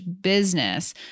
business